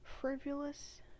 frivolous